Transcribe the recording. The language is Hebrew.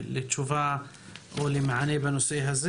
לתשובה בנושא הזה.